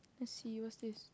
let's see what's this